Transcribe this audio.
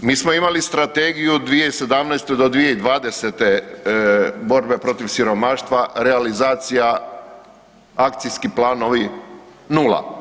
Mi smo imali strategiju 2017. do 2020. borbe protiv siromaštva, realizacija, akcijski planovi, nula.